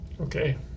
Okay